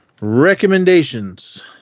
Recommendations